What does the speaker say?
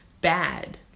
bad